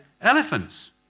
Elephants